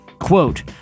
Quote